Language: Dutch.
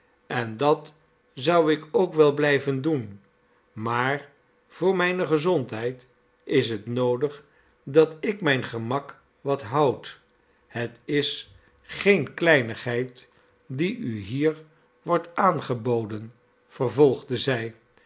en dat zou ik ook wel blijven doen maar voor mijne gezondheid is het noodig dat ik mijn gemak wat houd het is geene kleinigheid die u hier wordt aangeboden vervolgde zij